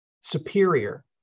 superior